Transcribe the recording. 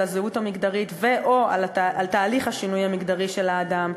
הזהות המגדרית ו/או על תהליך השינוי המגדרי של האדם,